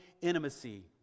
intimacy